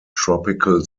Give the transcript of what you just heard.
tropical